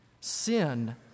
Sin